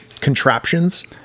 contraptions